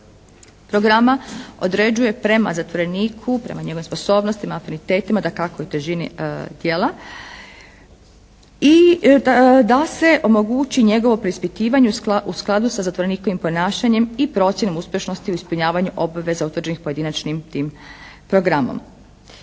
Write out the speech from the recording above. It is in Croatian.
programa određuje prema zatvoreniku, prema njegovim sposobnostima, afinitetima dakako i težini djela. I da se omogući njegovo preispitivanje u skladu sa zatvorenikovim ponašanjem i procjenom uspješnosti u ispunjavanju obaveza utvrđenih pojedinačnim tim programom.